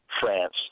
France